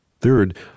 Third